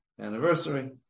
anniversary